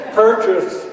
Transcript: purchase